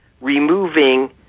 removing